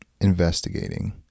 investigating